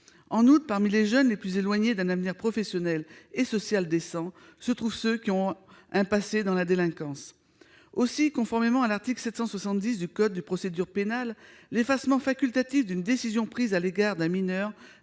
En outre, parmi les jeunes les plus éloignés d'un avenir professionnel et social décent, se trouvent ceux qui ont un passé dans la délinquance. Aussi, conformément à l'article 770 du code de procédure pénale, l'effacement facultatif d'une décision prise à l'égard d'un mineur